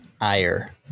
ire